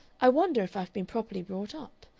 i wonder if i've been properly brought up.